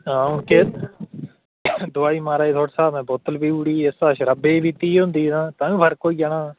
हां हून केह् दोआई मा'राज थुआढ़े शा में बोतल पी ओड़ी एह्दे शा शराबै दी पीती दी होंदी तां तां बी फर्क होई जाना हा